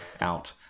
out